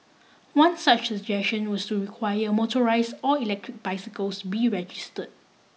one such suggestion was to require motorise or electric bicycles be register